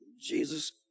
Jesus